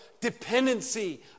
dependency